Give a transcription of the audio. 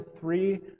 three